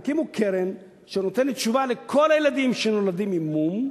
הקימו קרן שנותנת תשובה לכל הילדים שנולדים עם מום,